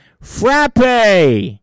Frappe